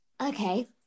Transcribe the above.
Okay